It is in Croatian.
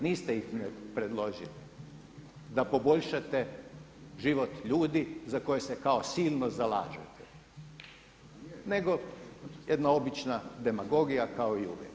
Niste ih predložili da poboljšate život ljudi za koje se kao silno zalažete, nego jedna obična demagogija kao i uvijek.